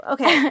Okay